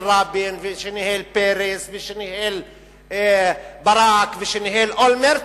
רבין וניהל פרס וניהל ברק וניהל אולמרט,